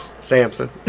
Samson